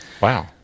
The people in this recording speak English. Wow